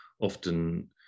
often